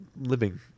living